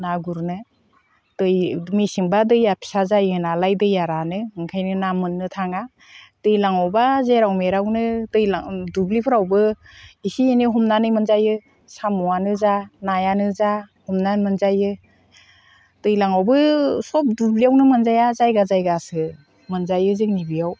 ना गुरनो दै मेसेंबा दैया फिसा जायो नालाय दैआ रानो ओंखायनो ना मोननो थाङा दैज्लांआवबा जेराव मेरावनो दुब्लिफोरावबो एसे एनै हमनानै मोनजायो साम'आनो जा नायानो जा हमनानै मोनजायो दैज्लांआवबो सब दुब्लिआवनो मोनजाया जायगा जायगासो मोनजायो जोंनि बेयाव